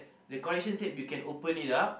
the correction you can open it up